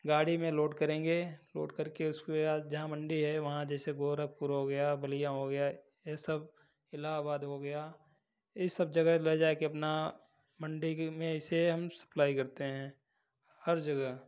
गाड़ी में लोड करेंगे लोड करके उसको या जहाँ मंडी है वहाँ जैसे गोरखपुर हो गया बलिया हो गया ये सब इलाहाबाद हो गया इ सब जगह ले जा कर अपना मंडी की में से हम सप्लाइ करते हैं हर जगह